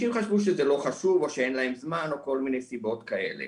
אנשים חשבו שזה לא חשוב או שאין להם זמן וכל מיני סיבות כאלה.